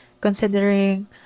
considering